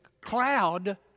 cloud